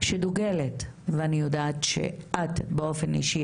שדוגלת ואני יודעת שאת באופן אישי,